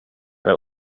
and